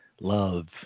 love